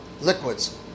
liquids